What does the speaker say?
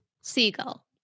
seagull